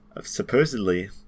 Supposedly